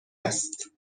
است